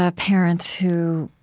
ah parents who,